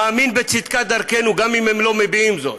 מאמין בצדקת דרכנו, גם אם הם לא מביעים זאת.